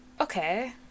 okay